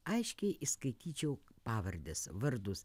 aiškiai įskaityčiau pavardes vardus